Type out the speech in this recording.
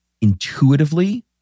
intuitively